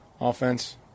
offense